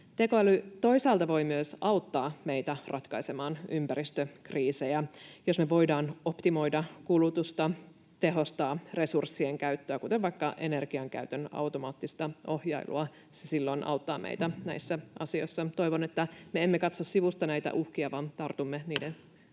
Tekoäly toisaalta voi myös auttaa meitä ratkaisemaan ympäristökriisejä, jos me voidaan optimoida kulutusta, tehostaa resurssien käyttöä, kuten vaikka energiankäytön automaattista ohjailua. Se silloin auttaa meitä näissä asioissa. Toivon, että me emme katso sivusta näitä uhkia vaan me tartumme niiden